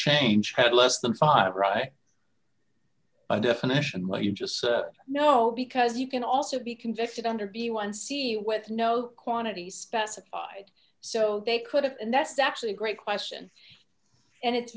change had less than five right by definition what you just know because you can also be convicted under b one c with no quantity specified so they could have and that's actually a great question and it's